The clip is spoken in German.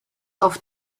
auf